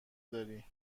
داری